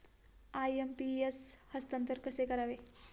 IMPS हस्तांतरण कसे करावे?